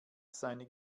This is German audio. seine